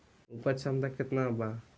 उपज क्षमता केतना वा?